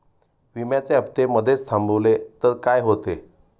विम्याचे हफ्ते मधेच थांबवले तर काय होते?